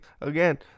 Again